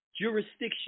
jurisdiction